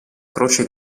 croce